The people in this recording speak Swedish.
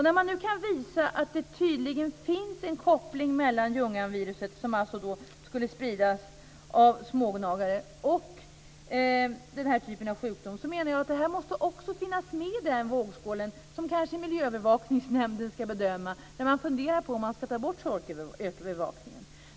När man nu kan visa att det tydligen finns en koppling mellan Ljunganviruset, som skulle spridas av smågnagare, och den här typen av sjukdom, måste det finnas med i vågskålen när Miljöövervakningsnämnden ska fundera över om man ska avbryta sorkövervakningen.